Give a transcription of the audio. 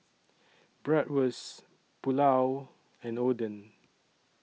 Bratwurst Pulao and Oden